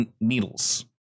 needles